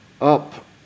up